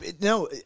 no